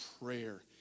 prayer